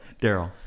Daryl